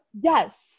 Yes